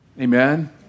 Amen